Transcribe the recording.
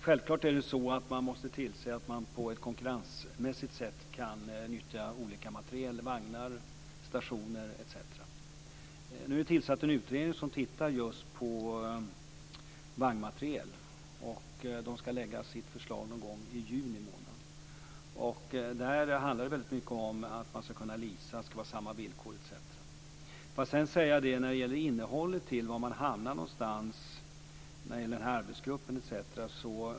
Fru talman! Man måste självfallet tillse att olika materiel, vagnar, stationer etc. kan nyttjas på ett konkurrensmässigt sätt. Nu är en utredning tillsatt som tittar just på vagnmateriel. Den skall lägga fram sitt förslag någon gång i juni månad. Det handlar mycket om att man skall kunna leasa, att det skall vara samma villkor etc. I fråga om var man hamnar någonstans när det gäller den här arbetsgruppen etc.